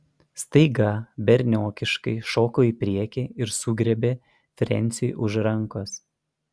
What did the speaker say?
staiga berniokiškai šoko į priekį ir sugriebė frensiui už rankos